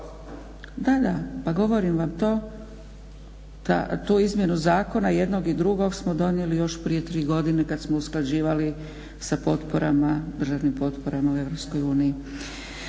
Da, da pa govorim vam to da tu izmjenu zakona i jednog i drugog smo donijeli još prije tri godine kada smo usklađivali sa državnim potporama u EU.